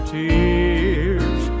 tears